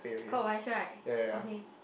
clockwise right okay